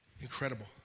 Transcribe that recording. Incredible